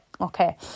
Okay